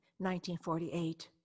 1948